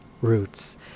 roots